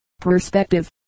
PERSPECTIVE